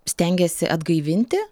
stengiasi atgaivinti